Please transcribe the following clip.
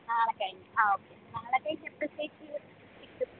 നാളെ കഴിഞ്ഞ് ആ ഓക്കെ നാളെ കഴിഞ്ഞ് എപ്പഴത്തേക്ക് കിട്ടും